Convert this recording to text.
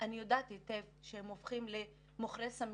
שהופכים למוכרי סמים,